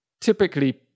typically